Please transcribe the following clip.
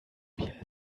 wir